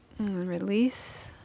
release